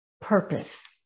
purpose